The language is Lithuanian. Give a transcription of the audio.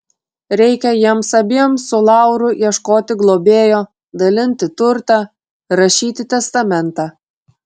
reikia jiems abiems su lauru ieškoti globėjo dalinti turtą rašyti testamentą